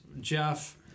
Jeff